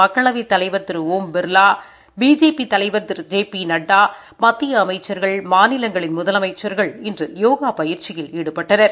மக்களவை தலைவா் திரு ஒம் பிா்வா பிஜேபி தலைவா் திரு ஜெ பி நட்டா மத்திய அமைச்சாகள் மாநிலங்களின் முதலமைச்சாகள் இன்று யோகா பயிற்சியில் ஈடுபட்டனா